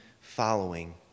following